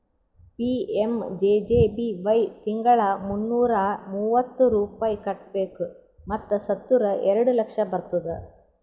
PMJJBY ತಿಂಗಳಾ ಮುನ್ನೂರಾ ಮೂವತ್ತು ರೂಪಾಯಿ ಕಟ್ಬೇಕ್ ಮತ್ ಸತ್ತುರ್ ಎರಡ ಲಕ್ಷ ಬರ್ತುದ್